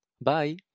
Bye